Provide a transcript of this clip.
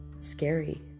scary